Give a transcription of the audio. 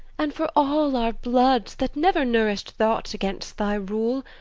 and for all our bloods, that never nourish'd thought against thy rule,